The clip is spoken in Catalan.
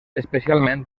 especialment